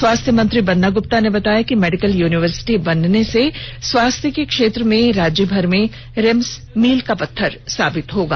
स्वास्थ्य मंत्री बन्ना गुप्ता ने बताया कि मेडिकल यूनिवर्सिटी बनने से स्वास्थ्य के क्षेत्र में राज्यभर में रिम्स मील का पत्थर साबित होगा